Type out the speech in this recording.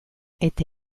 eta